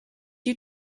you